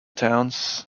towns